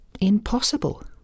Impossible